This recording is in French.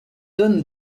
donne